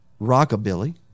rockabilly